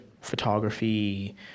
photography